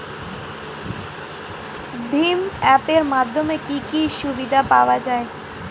ভিম app এর মাধ্যমে কি কি সুবিধা পাওয়া যায়?